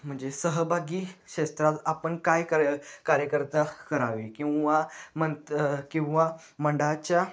म्हणजे सहभागी क्षेत्रात आपण काय कार कार्यकर्ता करावी किंवा मंत किंवा मंडळाच्या